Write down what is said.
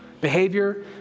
Behavior